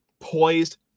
poised